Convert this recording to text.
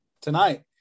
tonight